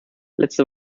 letzte